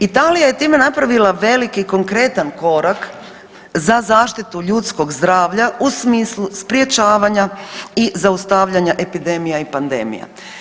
Italija je time napravila veliki konkretan korak za zaštitu ljudskog zdravlja u smislu sprječavanja i zaustavljanja epidemija i pandemija.